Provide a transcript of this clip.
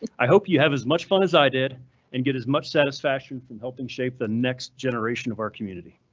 i hope you have as much fun as i did and get as much satisfaction from helping shape the next generation of our community.